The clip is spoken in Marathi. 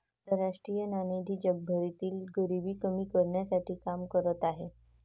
आंतरराष्ट्रीय नाणेनिधी जगभरातील गरिबी कमी करण्यासाठी काम करत आहे